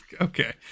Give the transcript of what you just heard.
Okay